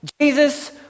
Jesus